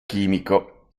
chimico